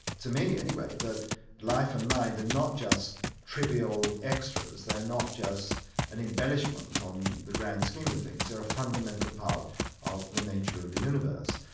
to me anyway, that life and mind are and not just trivial extras. they're not just an embellishment on the grand scheme of things they're a fundamental part of the nature of the universe.